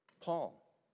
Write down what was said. Paul